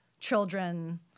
children